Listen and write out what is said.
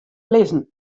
lizzen